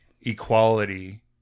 equality